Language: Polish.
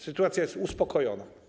Sytuacja jest uspokojona.